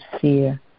fear